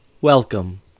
welcome